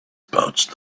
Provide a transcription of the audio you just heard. pouch